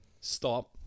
stop